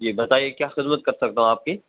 جی بتائیے کیا خدمت کر سکتا ہوں آپ کی